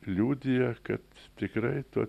liudija kad tikrai tu